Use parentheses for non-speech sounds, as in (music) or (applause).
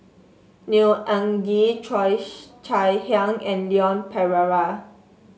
Neo Anngee Cheo (unintelligible) Chai Hiang and Leon Perera